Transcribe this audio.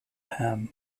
ham